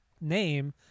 name